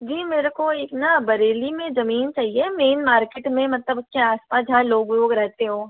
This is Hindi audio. जी मेरे को एक ना बरेली में जमीन चाहिए मेन मार्केट में मतलब उसके आसपास जहाँ लोग लोग रहते हो